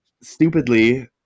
stupidly